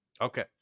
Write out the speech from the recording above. Okay